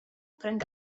pręgę